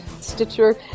Stitcher